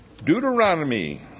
Deuteronomy